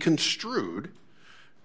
construed